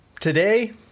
Today